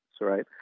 right